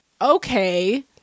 okay